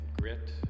grit